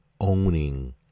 owning